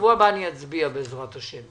בשבוע הבא אני אצביע, בעזרת ה'.